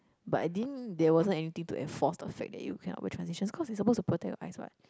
but I think there wasn't anything to enforce the fact that you cannot wear transition cause it suppose to protect your eyes what